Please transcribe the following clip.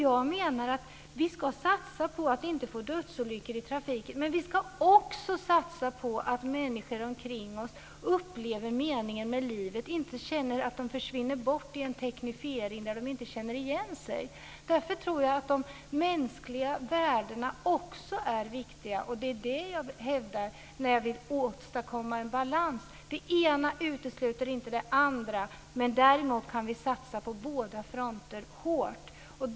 Jag menar att vi ska satsa på att inte få dödsolyckor i trafiken men vi ska också satsa på att människor omkring oss upplever meningen med livet och inte upplever att de försvinner i en teknifiering där de inte känner igen sig. Därför tror jag att de mänskliga värdena också är viktiga. Det är vad jag hävdar när jag säger att jag vill åstadkomma en balans. Det ena utesluter inte det andra. Däremot kan vi satsa hårt på båda fronterna.